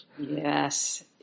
Yes